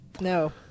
No